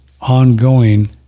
ongoing